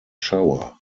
shower